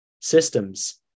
systems